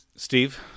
Steve